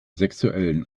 sexuellen